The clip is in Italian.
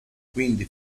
quindi